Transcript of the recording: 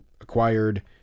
acquired